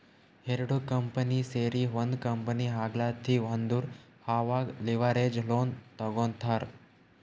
ಎರಡು ಕಂಪನಿ ಸೇರಿ ಒಂದ್ ಕಂಪನಿ ಆಗ್ಲತಿವ್ ಅಂದುರ್ ಅವಾಗ್ ಲಿವರೇಜ್ ಲೋನ್ ತಗೋತ್ತಾರ್